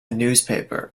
newspaper